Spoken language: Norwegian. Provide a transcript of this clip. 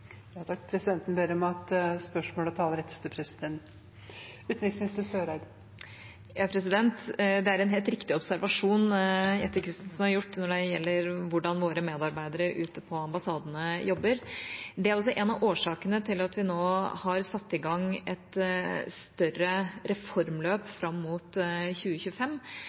Det er en helt riktig observasjon som Jette F. Christensen har gjort, når det gjelder hvordan våre medarbeidere ute på ambassadene jobber. Det er også en av årsakene til at vi nå har satt i gang et større reformløp fram mot 2025,